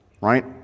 right